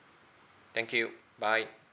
thank you bye